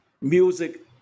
music